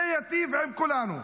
זה יטיב עם כולנו.